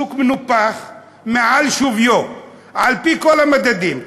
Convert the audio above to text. שוק מנופח מעל שוויו על-פי כל המדדים,